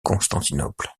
constantinople